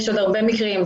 יש עוד הרבה מקרים,